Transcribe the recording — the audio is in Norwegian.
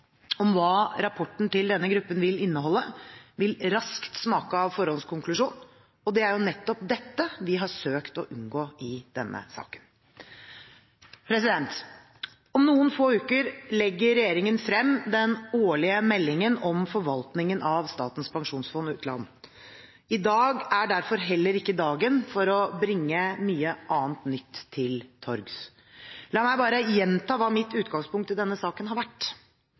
om hva rapporten til denne gruppen vil inneholde, vil raskt smake av forhåndskonklusjon, og det er jo nettopp dette vi har søkt å unngå i denne saken. Om noen få uker legger regjeringen frem den årlige meldingen om forvaltningen av Statens pensjonsfond utland. I dag er derfor heller ikke dagen for å bringe mye annet nytt til torgs. La meg bare gjenta hva mitt utgangspunkt i denne saken har vært: